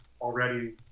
already